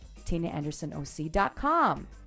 TinaAndersonOC.com